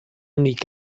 únic